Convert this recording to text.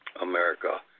America